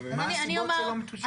מה הסיבות שהדבר הזה לא מטופל?